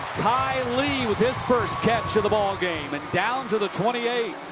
ty lee with his first catch of the ball game. and down to the twenty eight.